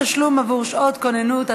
תשלום עבור שעות כוננות),